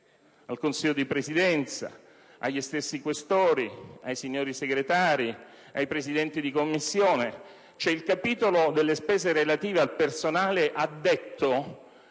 al Consiglio di Presidenza, ai senatori Questori e Segretari e ai Presidenti di Commissione. Il capitolo delle spese relative al personale addetto